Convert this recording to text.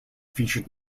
featured